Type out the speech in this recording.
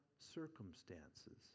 circumstances